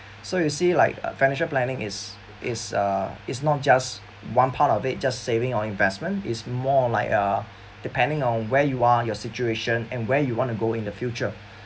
so you see like a financial planning is is uh is not just one part of it just saving or investment is more like a depending on where you are your situation and where you want to go in the future